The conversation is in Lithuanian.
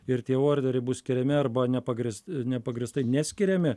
ir tie orderiai bus skiriami arba nepagrįs nepagrįstai neskiriami